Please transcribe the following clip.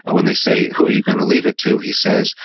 ah when they say, who are you going to leave it to? he says,